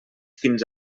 fins